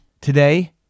Today